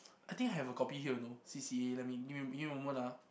I think I have a copy here you know C_C_A let me give me give me a moment ah